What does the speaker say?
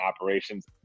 operations